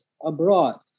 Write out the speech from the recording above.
Abroad